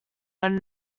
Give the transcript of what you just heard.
want